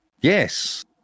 Yes